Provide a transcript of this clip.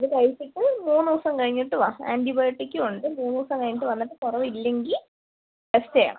ഇത് കഴിച്ചിട്ട് മൂന്ന് ദിവസം കഴിഞ്ഞിട്ട് വാ ആന്റിബയോട്ടിക്കും ഉണ്ട് മൂന്ന് ദിവസം കഴിഞ്ഞിട്ട് വന്നിട്ട് കുറവില്ലെങ്കി ടെസ്റ്റ് ചെയ്യാം